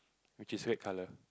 which is red colour